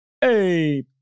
hey